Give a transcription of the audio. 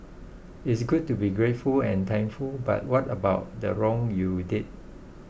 it's good to be grateful and thankful but what about the wrong you did